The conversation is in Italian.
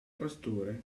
pastore